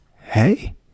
Hey